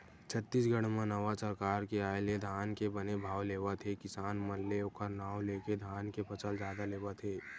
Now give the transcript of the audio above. छत्तीसगढ़ म नवा सरकार के आय ले धान के बने भाव लेवत हे किसान मन ले ओखर नांव लेके धान के फसल जादा लेवत हे